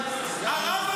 קריב.